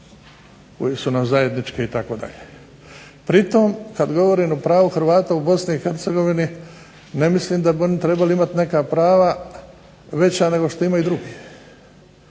koje su nam zajedničke itd. Pritom kad govorim o pravu Hrvata u Bosni i Hercegovini ne mislim da bi oni trebali imati neka prava veća nego što imaju drugi,